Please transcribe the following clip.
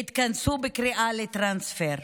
התכנסו בקריאה לטרנספר,